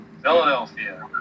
Philadelphia